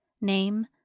name